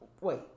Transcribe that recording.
wait